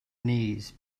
knees